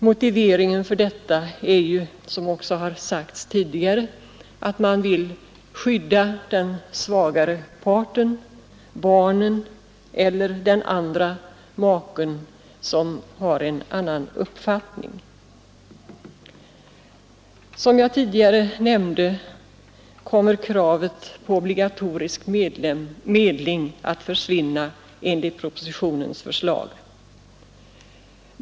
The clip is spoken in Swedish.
Motiveringen är ju, som också sagts tidigare, att man vill skydda den svagare parten — barnen eller den make som har en annan uppfattning. Som jag tidigare nämnde kommer kravet på obligatorisk medling att försvinna enligt propositionens förslag.